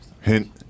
Hint